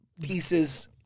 pieces